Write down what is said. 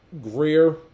Greer